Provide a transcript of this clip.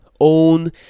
own